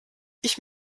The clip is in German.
ich